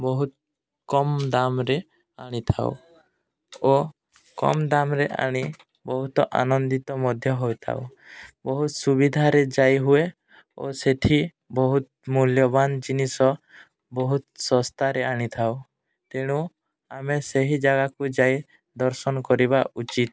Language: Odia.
ବହୁତ କମ୍ ଦାମରେ ଆଣିଥାଉ ଓ କମ ଦାମରେ ଆଣି ବହୁତ ଆନନ୍ଦିତ ମଧ୍ୟ ହୋଇଥାଉ ବହୁତ ସୁବିଧାରେ ଯାଇ ହୁଏ ଓ ସେଠି ବହୁତ ମୂଲ୍ୟବାନ ଜିନିଷ ବହୁତ ଶସ୍ତାରେ ଆଣିଥାଉ ତେଣୁ ଆମେ ସେହି ଜାଗାକୁ ଯାଇ ଦର୍ଶନ କରିବା ଉଚିତ